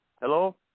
Hello